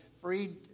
Freed